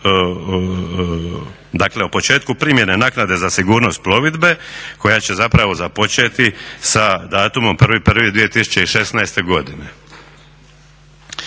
dakle o početku primjene naknade za sigurnost plovidbe koja će zapravo započeti sa datumom 1.1.2016. godine.